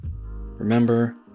Remember